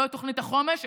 לא את תוכנית החומש,